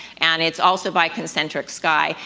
and it's also by concentric sky,